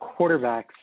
quarterbacks